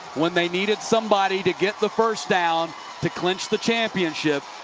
when they needed somebody to get the first down to clinch the championship,